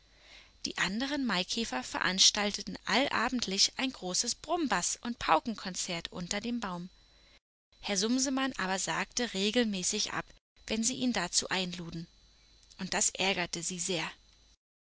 die anderen maikäfer veranstalteten allabendlich ein großes brummbaß und paukenkonzert unter dem baum herr sumsemann aber sagte regelmäßig ab wenn sie ihn dazu einluden und das ärgerte sie sehr